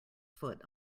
foot